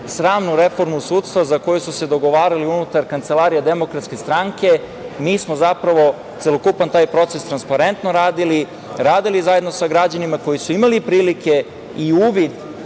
sramnu reformu sudstva za koju su se dogovarali unutar kancelarija DS, celokupan taj proces transparentno radili, radili zajedno sa građanima koji su imali prilike i uvid